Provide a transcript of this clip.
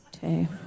two